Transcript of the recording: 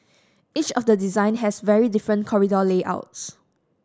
each of the design has very different corridor layouts